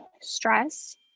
stress